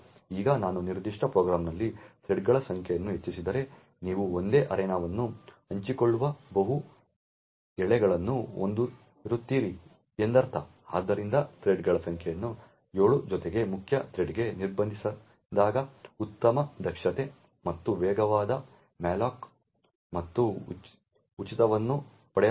ಈಗ ನಾನು ನಿರ್ದಿಷ್ಟ ಪ್ರೋಗ್ರಾಂನಲ್ಲಿ ಥ್ರೆಡ್ಗಳ ಸಂಖ್ಯೆಯನ್ನು ಹೆಚ್ಚಿಸಿದರೆ ನೀವು ಒಂದೇ ಅರೇನಾವನ್ನು ಹಂಚಿಕೊಳ್ಳುವ ಬಹು ಎಳೆಗಳನ್ನು ಹೊಂದಿರುತ್ತೀರಿ ಎಂದರ್ಥ ಆದ್ದರಿಂದ ಥ್ರೆಡ್ಗಳ ಸಂಖ್ಯೆಯನ್ನು 7 ಜೊತೆಗೆ ಮುಖ್ಯ ಥ್ರೆಡ್ಗೆ ನಿರ್ಬಂಧಿಸಿದಾಗ ಉತ್ತಮ ದಕ್ಷತೆ ಮತ್ತು ವೇಗವಾದ ಮ್ಯಾಲೋಕ್ ಮತ್ತು ಉಚಿತಗಳನ್ನು ಪಡೆಯಲಾಗುತ್ತದೆ